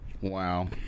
Wow